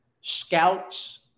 scouts